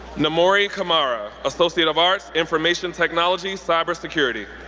noumory camara, associate of arts, information technology, cybersecurity.